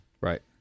Right